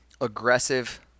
aggressive